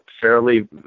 fairly